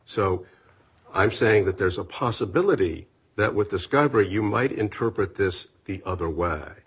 so i'm saying that there's a possibility that with discovery you might interpret this the other